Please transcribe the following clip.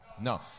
No